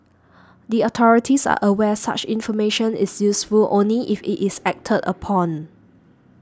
the authorities are aware such information is useful only if it is acted upon